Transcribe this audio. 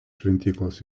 šventyklos